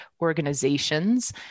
organizations